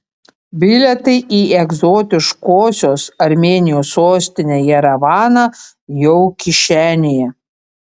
bilietai į egzotiškosios armėnijos sostinę jerevaną jau kišenėje